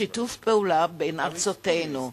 שיתוף פעולה בין ארצותינו.